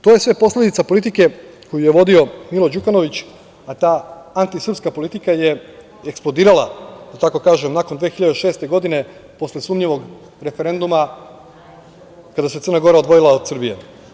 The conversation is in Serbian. To je sve posledica politike koju je vodio Milo Đukanović, a ta antisrpska politika je eksplodirala nakon 2006. godine, posle sumnjivog referenduma, kada se Crna Gora odvojila od Srbije.